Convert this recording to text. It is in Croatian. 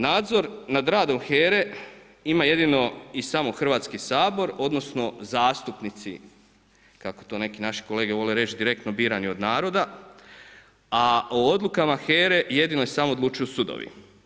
Nadzor nad radom HERA-e ima jedino i samo Hrvatski sabor odnosno zastupnici, kako to neki naši kolege vole reći, direktno birani od naroda, a o odlukama HERA-e jedino i samo odlučuju sudovi.